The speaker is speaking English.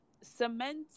cement